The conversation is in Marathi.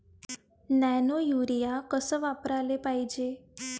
नैनो यूरिया कस वापराले पायजे?